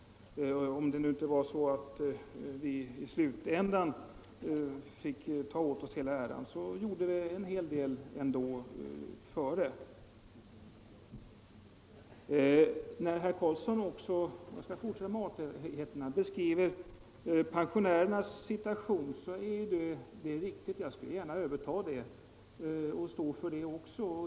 Om det sedan i slutändan inte blev så att vi kunde ta åt oss hela äran, så gjorde vi nog ändå en hel del i förarbetet. För att sedan fortsätta med artigheterna kan jag också säga att när herr Carlsson beskriver pensionärernas situation, så är den beskrivningen alldeles riktig. Jag kan gärna överta det sagda och stå för det också.